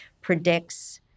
predicts